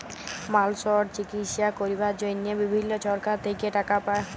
মালসর চিকিশসা ক্যরবার জনহে বিভিল্ল্য সরকার থেক্যে টাকা পায়